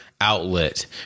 outlet